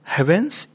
Heavens